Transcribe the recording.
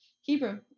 Hebrew